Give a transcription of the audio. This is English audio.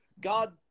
God